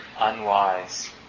Unwise